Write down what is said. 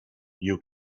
you